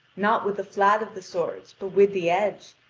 not with the fiat of the swords, but with the edge,